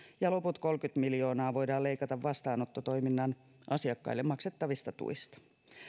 ja loput kolmekymmentä miljoonaa voidaan leikata vastaanottotoiminnan asiakkaille maksettavista tuista